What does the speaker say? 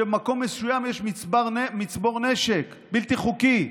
שבמקום מסוים יש מצבור נשק בלתי חוקי,